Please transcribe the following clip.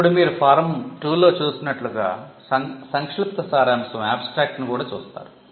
ఇప్పుడు మీరు ఫారం 2 లో చూసినట్లుగా abstract ని కూడా చూస్తారు